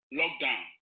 lockdown